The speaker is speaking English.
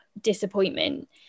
disappointment